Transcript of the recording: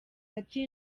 ati